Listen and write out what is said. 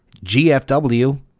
GFW